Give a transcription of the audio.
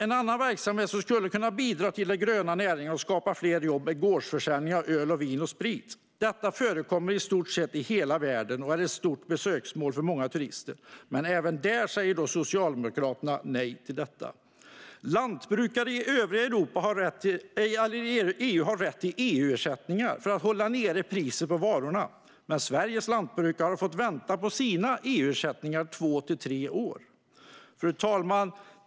En annan verksamhet som skulle kunna bidra till de gröna näringarna och skapa fler jobb är gårdsförsäljning av öl, vin och sprit. Detta förekommer i stort sett i hela världen och är ett stort besöksmål för många turister. Men även detta säger Socialdemokraterna nej till. Lantbrukare i övriga EU har rätt till EU-ersättningar för att hålla nere priset på varorna. Men Sveriges lantbrukare har fått vänta på sina EU-ersättningar i två till tre år.